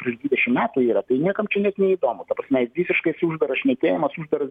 prieš dvidešim metų yra tai niekam čia net neįdomu na visiškas uždaras šnekėjimas uždaras